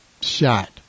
shot